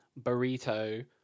burrito